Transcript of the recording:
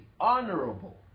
honorable